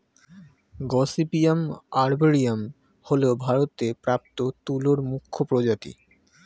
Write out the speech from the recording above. gossypium arboreum হল ভারতে প্রাপ্ত তুলোর মুখ্য প্রজাতি